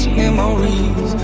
memories